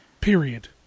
Period